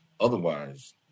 Otherwise